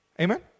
Amen